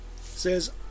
says